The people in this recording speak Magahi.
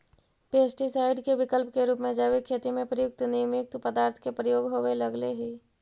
पेस्टीसाइड के विकल्प के रूप में जैविक खेती में प्रयुक्त नीमयुक्त पदार्थ के प्रयोग होवे लगले हि